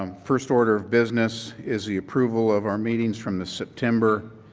um first order of business is the approval of our meetings from the september